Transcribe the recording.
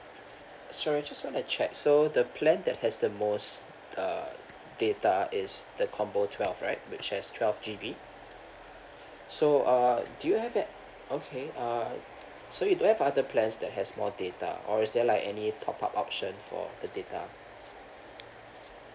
sorry I just want to check so the plan that has the most uh data is the combo twelve right which has twelve G_B so uh do you have that okay uh so you don't have other plans that has more data or is there like any top up option for the data